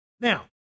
Now